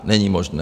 Není možné.